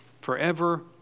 forever